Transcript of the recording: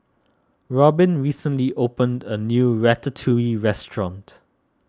Robin recently opened a new Ratatouille restaurant